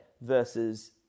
versus